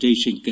Jaishankar